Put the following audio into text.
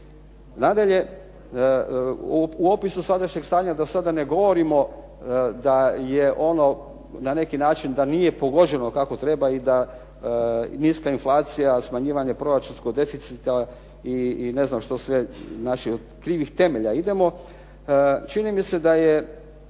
Nadalje, u opisu sadašnjeg stanja da sada ne govorimo da je ono na neki način da nije pogođeno kako treba i da niska inflacija, smanjivanje proračunskog deficita i ne znam što sve. Znači od krivih temelja idemo. Čini mi se da je